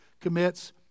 commits